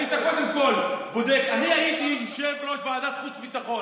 היית קודם כול בודק: אני הייתי יושב-ראש ועדת חוץ וביטחון.